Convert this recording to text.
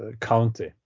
county